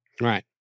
Right